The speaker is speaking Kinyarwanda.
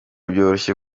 byoroshye